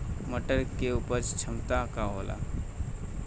मटर के उपज क्षमता का होला?